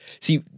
see